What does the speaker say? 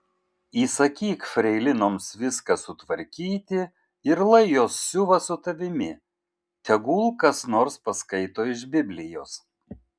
įsakyk freilinoms viską sutvarkyti ir lai jos siuva su tavimi tegul kas nors paskaito iš biblijos